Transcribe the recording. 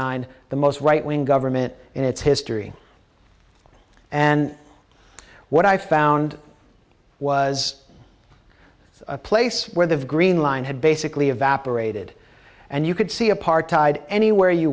nine the most right wing government in its history and what i found was place where the green line had basically evaporated and you could see apartheid anywhere you